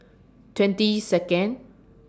twenty Second